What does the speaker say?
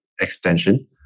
extension